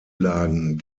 lagen